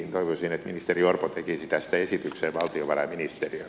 toivoisin että ministeri orpo tekisi tästä esityksen valtiovarainministeriölle